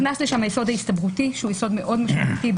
היסוד ההסתברותי, שהוא יסוד מאוד משמעותי.